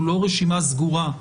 הוא לא רשימה סגורה.